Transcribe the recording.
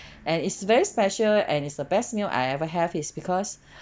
and it's very special and it's the best meal I ever have is because